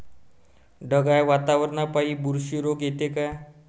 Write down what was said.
ढगाळ वातावरनापाई बुरशी रोग येते का?